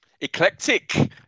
Eclectic